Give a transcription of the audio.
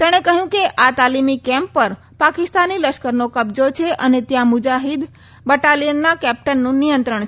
તેણે કહ્યું કે આ તાલીમી કેમ્પ પર પાકિસ્તાની લશ્કરનો કબજો છે અને ત્યાં મુજાહીદ બટાલિયનના કેપ્ટનનું નિયંત્રણ છે